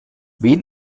wen